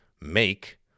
make